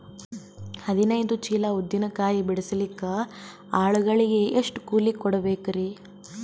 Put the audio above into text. ಹದಿನೈದು ಚೀಲ ಉದ್ದಿನ ಕಾಯಿ ಬಿಡಸಲಿಕ ಆಳು ಗಳಿಗೆ ಕೂಲಿ ಎಷ್ಟು ಕೂಡಬೆಕರೀ?